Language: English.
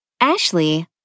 Ashley